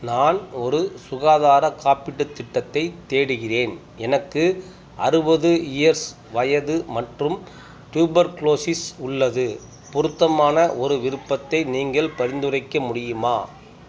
நான் ஒரு சுகாதார காப்பீட்டு திட்டத்தைத் தேடுகிறேன் எனக்கு அறுபது இயர்ஸ் வயது மற்றும் டியூபர்க்குலோசிஸ் உள்ளது பொருத்தமான ஒரு விருப்பத்தை நீங்கள் பரிந்துரைக்க முடியுமா